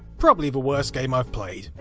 probably the worst game i've played,